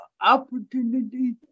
Opportunity